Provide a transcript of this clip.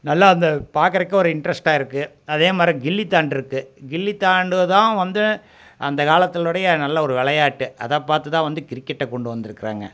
நல்லா அந்த பார்க்குறக்கு ஒரு இன்ட்ரெஸ்டாயிருக்கும் அதேமாதிரி கில்லி தாண்டுவது கில்லி தாண்டுதான் வந்து அந்த காலத்தினுடைய நல்ல ஒரு விளையாட்டு அதைப் பார்த்து தான் வந்து கிரிக்கெட்டை கொண்டு வந்திருக்குறாங்க